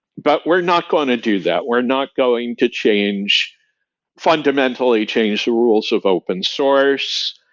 but we're not going to do that. we're not going to change fundamentally change the rules of open source,